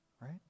right